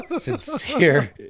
sincere